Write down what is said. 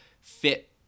fit